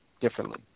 differently